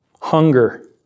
Hunger